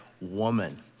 woman